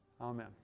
Amen